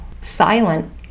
silent